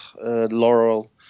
Laurel